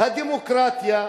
"הדמוקרטיה",